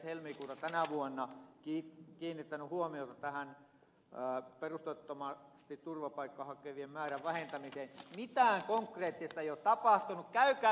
helmikuuta tänä vuonna kiinnittänyt huomiota perusteettomasti turvapaikkaa hakevien määrän vähentämiseen niin mitään konkreettista ei ole tapahtunut